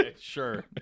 sure